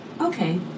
Okay